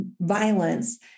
violence